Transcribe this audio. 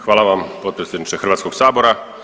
Hvala vam potpredsjedniče Hrvatskog sabora.